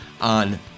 on